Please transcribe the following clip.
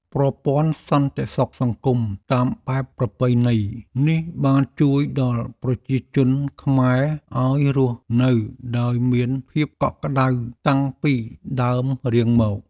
ប្រព័ន្ធសន្តិសុខសង្គមតាមបែបប្រពៃណីនេះបានជួយដល់ប្រជាជនខ្មែរឱ្យរស់នៅដោយមានភាពកក់ក្តៅតាំងពីដើមរៀងមក។